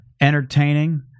Entertaining